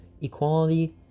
Equality